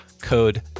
code